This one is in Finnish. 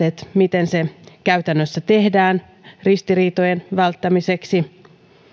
miten se käytännössä tehdään ristiriitojen välttämiseksi